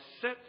set